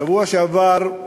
בשבוע שעבר,